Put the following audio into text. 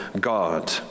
God